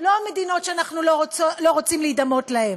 לא המדינות שאנחנו לא רוצים להידמות להן,